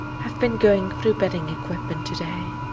have been going through bedding equipment to-day.